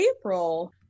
April